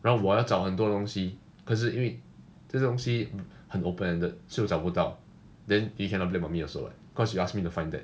然后我找很多东西可是因为这东西很 open ended so 找不到 then he cannot blame on me also [what] because he asked me to find that